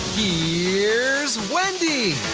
here's wendy!